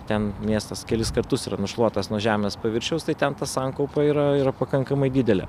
ten miestas kelis kartus yra nušluotas nuo žemės paviršiaus tai ten ta sankaupa yra ir pakankamai didelė